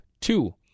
two